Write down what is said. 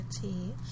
tea